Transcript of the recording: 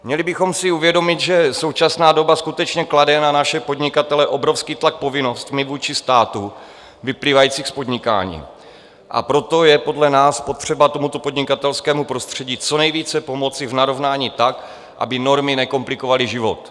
Měli bychom si uvědomit, že současná doba skutečně klade ne naše podnikatele obrovský tlak povinnostmi vůči státu vyplývajícími z podnikání, a proto je podle nás potřeba tomuto podnikatelskému prostředí co nejvíce pomoci v narovnání tak, aby normy nekomplikovaly život.